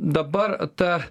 dabar ta